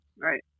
Right